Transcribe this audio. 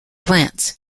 plants